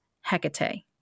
Hecate